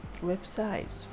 websites